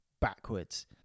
backwards